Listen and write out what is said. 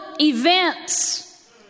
events